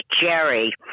Jerry